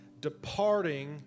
departing